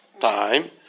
time